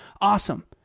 Awesome